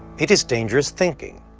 it is dangerous thinking.